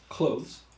Clothes